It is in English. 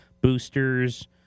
boosters